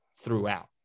throughout